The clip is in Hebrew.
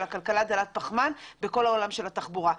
של כלכלה דלת פחמן בכל העולם של התחבורה.